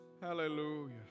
Hallelujah